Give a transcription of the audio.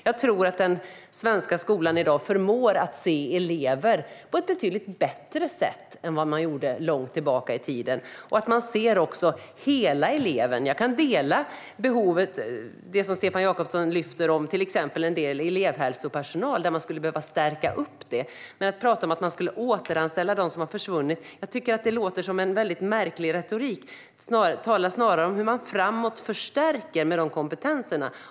Jag tror att den svenska skolan i dag förmår att se elever på ett betydligt bättre sätt än vad man gjorde långt tillbaka i tiden samt att man ser hela eleven. Jag kan hålla med om det som Stefan Jakobsson sa om behovet av elevhälsopersonal - man skulle behöva stärka denna del - men att tala om att man skulle återanställa de som har försvunnit tycker jag låter som en väldigt märklig retorik. Tala snarare om hur man framåt förstärker med dessa kompetenser!